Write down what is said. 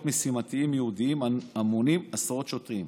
משימתיים ייעודיים המונים עשרות שוטרים.